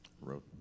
wrote